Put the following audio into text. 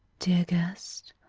dear guest.